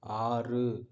ஆறு